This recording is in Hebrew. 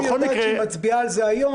אם היא יודעת שהיא מצביעה על זה היום,